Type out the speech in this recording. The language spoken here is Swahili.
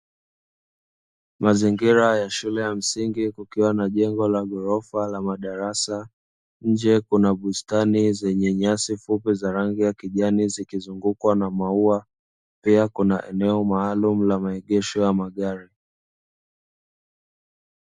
Mazingira ya shule ya msingi kukiwa na jengo la gorofa ya madarasa pembeni yake kuna bustani yenye rangi ya kijani zikizunguka na mauwa pia kuna maalumu la maegesho ya magari.